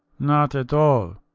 not at all.